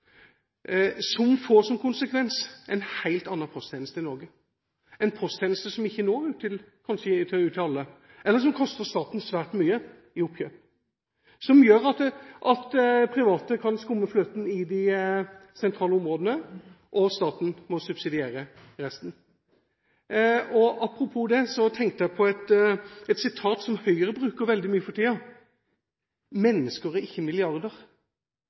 som får som konsekvens en helt annen posttjeneste i Norge – en posttjeneste som kanskje ikke når ut til alle, eller som koster staten svært mye i oppkjøp, som gjør at private kan skumme fløten i de sentrale områdene, og staten må subsidiere resten. Apropos det tenkte jeg på et sitat som Høyre bruker veldig mye for tiden – «mennesker, ikke milliarder».